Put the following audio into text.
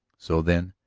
so, then,